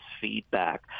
feedback